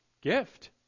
gift